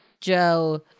Joe